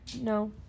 No